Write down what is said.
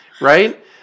right